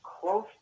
close